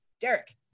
Derek